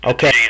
Okay